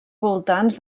voltants